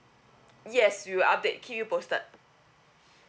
yes we'll update keep you posted